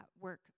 work